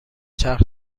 چرخ